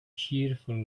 cheerful